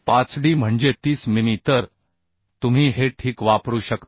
5 d म्हणजे 30 मिमी तर तुम्ही हे ठीक वापरू शकता